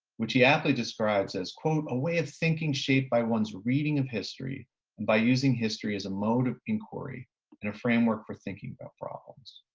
which he aptly describes as a way of thinking shaped by one's reading of history and by using history as a mode of inquiry and a framework for thinking about problems.